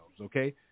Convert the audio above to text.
okay